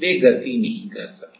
वे गति नहीं कर सकते